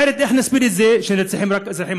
אחרת איך נסביר את זה שנרצחים רק אזרחים